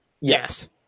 Yes